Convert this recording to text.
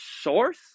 source